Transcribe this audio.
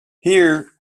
here